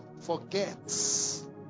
Forgets